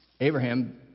Abraham